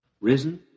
Risen